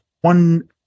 one